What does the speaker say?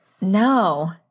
No